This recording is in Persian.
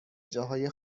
جاهای